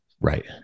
Right